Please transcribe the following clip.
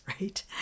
right